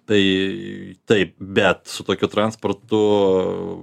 tai taip bet su tokiu transportu